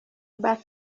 bac